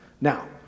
Now